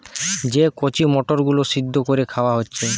যে কচি মটর গুলো সিদ্ধ কোরে খাওয়া হচ্ছে